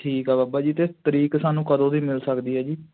ਠੀਕ ਆ ਬਾਬਾ ਜੀ ਅਤੇ ਤਰੀਕ ਸਾਨੂੰ ਕਦੋਂ ਦੀ ਮਿਲ ਸਕਦੀ ਹੈ ਜੀ